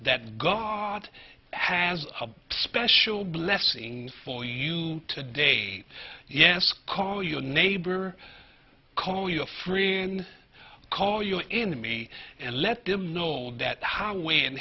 that god has a special blessing for you today yes call your neighbor call your free and call your enemy and let them know that